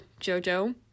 jojo